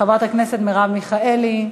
חברת הכנסת מרב מיכאלי,